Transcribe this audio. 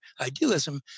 idealism